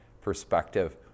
perspective